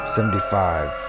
Seventy-five